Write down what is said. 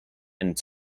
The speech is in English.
and